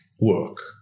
work